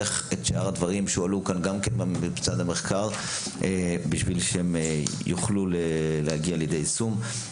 איך שאר הדברים שהועלו כאן גם מצד מרכז המחקר יוכלו להגיע לידי יישום.